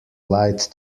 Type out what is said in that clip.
lied